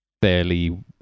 fairly